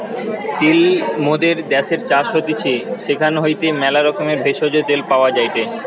তিল মোদের দ্যাশের চাষ হতিছে সেখান হইতে ম্যালা রকমের ভেষজ, তেল পাওয়া যায়টে